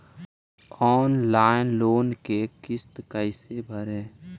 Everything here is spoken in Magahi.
ऑनलाइन लोन के किस्त कैसे भरे?